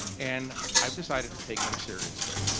and i have decided to take them seriously.